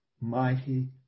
mighty